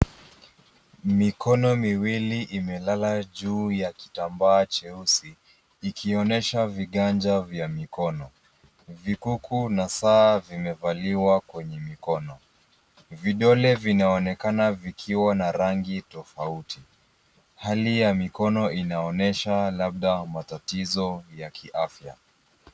Mikono miwili imelala juu ya kitambaa cheusi ikionyesha viganja vya mikono. Vikuku na saaa vimevaliwa kwenye mikono. Vidole vinaonekana vikiwa na rangi tofauti. Hali ya mikono inaonesha labda matatizo ya kiafya.